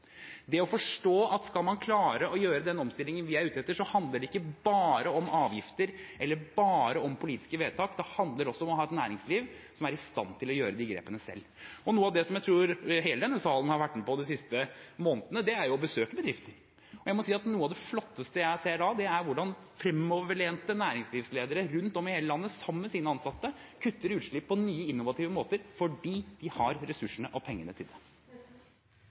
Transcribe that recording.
å forstå at skal man klare å gjøre den omstillingen vi er ute etter, handler det ikke bare om avgifter eller bare om politiske vedtak, det handler også om å ha et næringsliv som er i stand til å ta de grepene selv. Noe av det jeg tror hele denne salen har vært med på de siste månedene, er å besøke bedrifter. Jeg må si at noe av det flotteste jeg ser da, er hvordan fremoverlente næringslivsledere rundt om i hele landet sammen med sine ansatte kutter utslipp på nye, innovative måter – fordi de har ressursene og pengene til det.